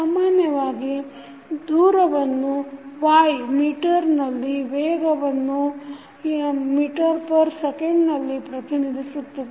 ಸಾಮಾನ್ಯವಾಗಿ ದೂರವನ್ನು y meter ನಲ್ಲಿ ವೇಗ v ಯನ್ನು ms ನಲ್ಲಿ ಪ್ರತಿನಿಧಿಸುತ್ತವೆ